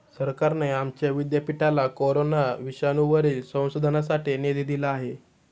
सरकारने आमच्या विद्यापीठाला कोरोना विषाणूवरील संशोधनासाठी निधी दिला आहे